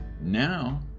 Now